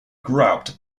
grabbed